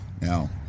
Now